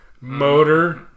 motor